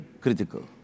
critical